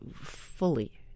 fully